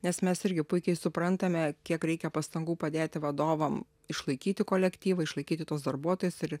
nes mes irgi puikiai suprantame kiek reikia pastangų padėti vadovam išlaikyti kolektyvą išlaikyti tuos darbuotojus ir